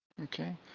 Okay